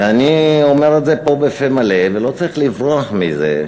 ואני אומר את זה פה בפה מלא, ולא צריך לברוח מזה,